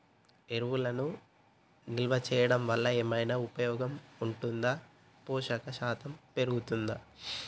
ఎరువులను నిల్వ చేయడం వల్ల ఏమైనా ఉపయోగం ఉంటుందా పోషణ శాతం పెరుగుతదా?